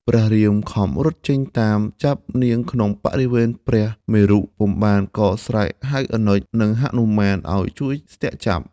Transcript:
ព្រះរាមខំរត់ចេញតាមចាប់នាងក្នុងបរិវេណព្រះមេរុពុំបានក៏ស្រែកហៅអនុជ និងហនុមានឱ្យជួយស្នាក់ចាប់។